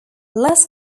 less